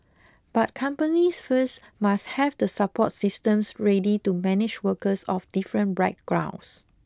but companies first must have the support systems ready to manage workers of different backgrounds